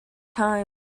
time